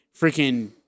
freaking